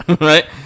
Right